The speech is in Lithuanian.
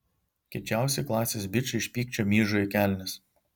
kiečiausi klasės bičai iš pykčio myžo į kelnes